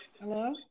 Hello